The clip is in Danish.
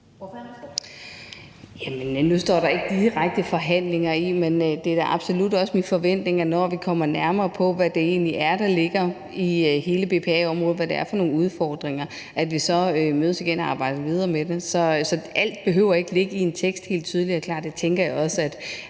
Nu står der ikke direkte »forhandlinger«, men det er da absolut min forventning, at vi, når vi kommer nærmere på, hvad det egentlig er for nogle udfordringer, der ligger på hele BPA-området, så mødes igen og arbejder videre med det. Så alt behøver ikke ligge helt tydeligt og klart i en tekst, og